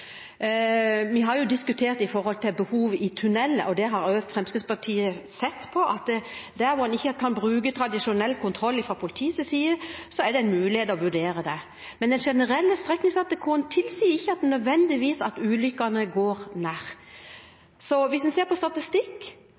Vi har jo diskutert behovet for det i tuneller. Fremskrittspartiet har sett på det, og der hvor man ikke kan bruke tradisjonell kontroll fra politiets side, er det mulig å vurdere det. Men den generelle streknings-ATK-en tilsier ikke nødvendigvis at antallet ulykker går ned. Hvis man ser på statistikk,